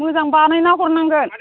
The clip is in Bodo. मोजां बानायना हरनांगोन